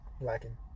Lacking